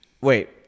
wait